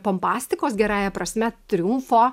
pompastikos gerąja prasme triumfo